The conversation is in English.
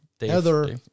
Heather